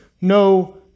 no